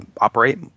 operate